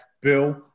Bill